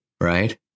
Right